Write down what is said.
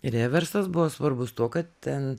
reversas buvo svarbus tuo kad ten